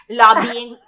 lobbying